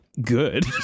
good